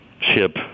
ship